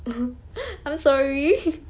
I'm sorry